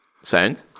sound